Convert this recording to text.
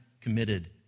committed